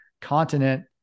continent